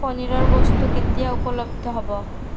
পনীৰৰ বস্তু কেতিয়া উপলব্ধ হ'ব